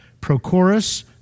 Prochorus